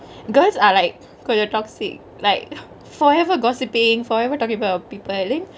girls are like cause they are toxic like forever gossipingk forever talkingk about people then